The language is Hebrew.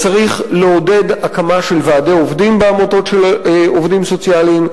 צריך לעודד הקמה של ועדי עובדים בעמותות של עובדים סוציאליים.